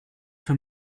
für